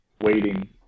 waiting